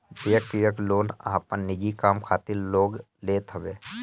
व्यक्तिगत लोन आपन निजी काम खातिर लोग लेत हवे